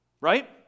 right